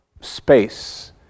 space